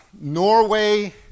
Norway